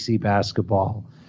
basketball